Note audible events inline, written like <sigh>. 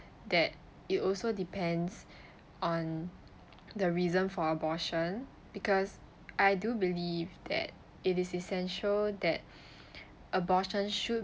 that it also depends <breath> on the reason for abortion because I do believe that it is essential that <breath> abortion should